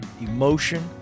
emotion